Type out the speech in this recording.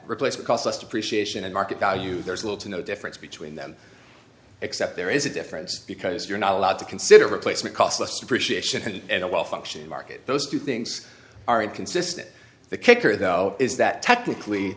replaced cost less to prescience in a market value there is little to no difference between them except there is a difference because you're not allowed to consider replacement cost less depreciation in a well functioning market those two things are inconsistent the kicker though is that technically